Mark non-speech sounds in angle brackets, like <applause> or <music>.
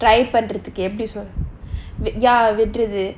try பண்றதுக்கு எப்படி சொல்~:panrathukku eppadi sol~ <breath> ya வெட்றது:vetrathu